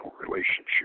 relationship